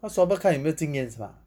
他 swabber 看有没有经验是吗